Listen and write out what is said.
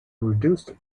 reduced